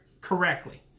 correctly